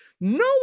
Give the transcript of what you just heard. No